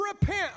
Repent